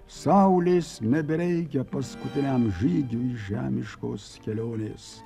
saulės nebereikia paskutiniam žygiui žemiškos kelionės